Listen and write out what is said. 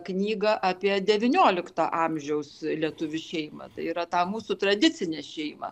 knygą apie devyniolikto amžiaus lietuvių šeimą tai yra tą mūsų tradicinę šeimą